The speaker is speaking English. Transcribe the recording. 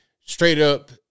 straight-up